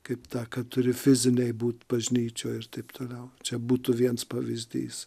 kaip tą kad turi fiziniai būt bažnyčioje ir taip toliau čia būtų viens pavyzdys